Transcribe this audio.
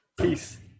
Peace